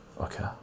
Okay